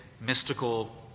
mystical